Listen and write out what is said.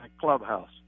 clubhouse